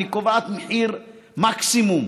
אני קובעת מחיר מקסימום,